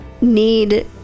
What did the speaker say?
need